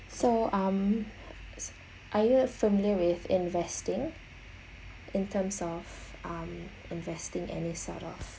so um are you familiar with investing in terms of um investing any sort of